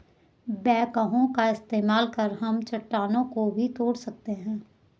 backhoe का इस्तेमाल कर हम चट्टानों को भी तोड़ सकते हैं